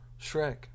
shrek